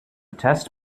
test